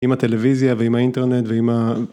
‫עם הטלוויזיה ועם האינטרנט ועם...